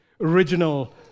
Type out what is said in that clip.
original